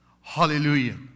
Hallelujah